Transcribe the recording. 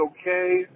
okay